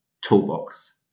toolbox